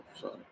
Sorry